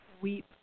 weep